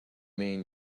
mean